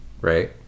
right